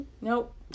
Nope